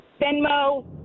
Venmo